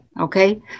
Okay